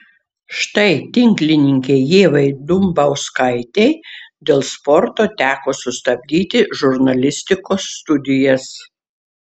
štai tinklininkei ievai dumbauskaitei dėl sporto teko sustabdyti žurnalistikos studijas